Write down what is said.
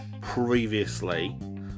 previously